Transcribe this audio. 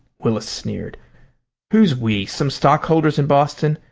willis sneered who's we some stockholders in boston?